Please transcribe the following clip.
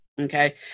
Okay